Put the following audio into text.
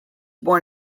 born